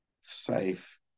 safe